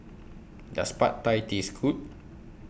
Does Pad Thai Taste Good